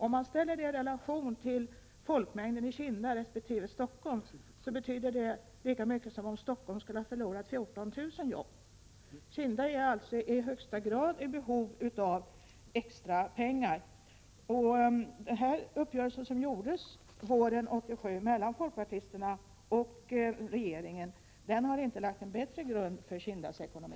Om man ställer detta i relation till folkmängden i Kinda resp. Stockholm, är det samma som att Stockholm skulle ha förlorat 14 000 arbetstillfällen. Kinda är alltså i högsta grad i behov av extra pengar. Uppgörelsen från våren 1987 mellan folkpartisterna och regeringen har inte lagt en bättre grund för Kindas ekonomi.